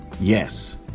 Yes